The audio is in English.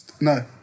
No